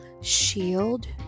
shield